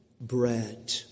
bread